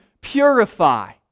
purify